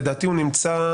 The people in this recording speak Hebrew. לדעתי הוא נמצא,